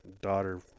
daughter